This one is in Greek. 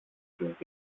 τους